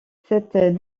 cette